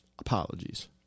Apologies